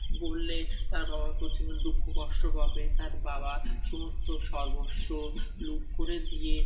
বললে তার বাবারা প্রচুর দুঃখ কষ্ট পাবে তার বাবা সমস্ত সর্বস্ব লুট করে দিয়ে